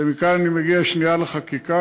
ומכאן אני מגיע שנייה לחקיקה,